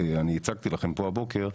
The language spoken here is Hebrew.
שאני הצגתי לכם פה הבוקר.